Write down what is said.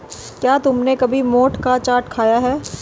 क्या तुमने कभी मोठ का चाट खाया है?